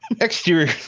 Exterior